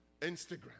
Instagram